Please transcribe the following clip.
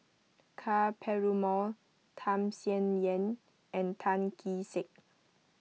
Ka Perumal Tham Sien Yen and Tan Kee Sek